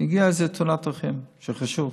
הגיעה איזו תאונת דרכים, שזה חשוב,